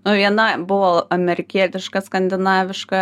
nu viena buvo amerikietiška skandinaviška